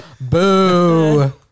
boo